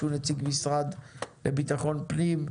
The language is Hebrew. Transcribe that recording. שהוא נציג המשרד לביטחון פנים,